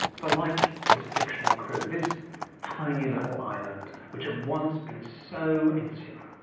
for like his fictional crew, this tiny little island, which had once been so insular,